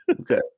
Okay